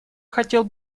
хотел